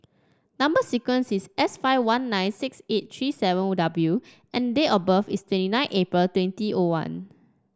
number sequence is S five one nine six eight three seven W and date of birth is twenty nine April twenty O one